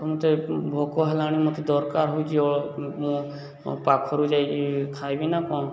ତ ମୋତେ ଭୋକ ହେଲାଣି ମୋତେ ଦରକାର ହେଉଛି ମୁଁ ପାଖରୁ ଯାଇ ଖାଇବି ନା କ'ଣ